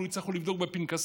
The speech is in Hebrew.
יצטרכו לבדוק בפנקסים?